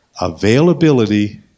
availability